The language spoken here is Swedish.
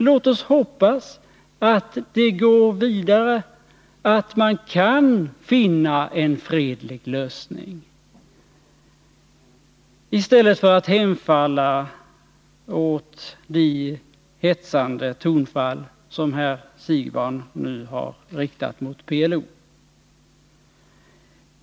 Låt oss hoppas att man kan finna en fredlig lösning —i stället för att hemfalla åt de hätska tonfall som herr Siegbahn nu har använt mot PLO.